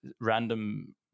random